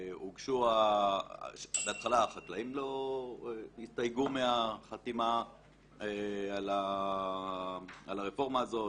בהתחלה החקלאים הסתייגו מהחתימה על הרפורמה הזאת,